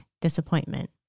disappointment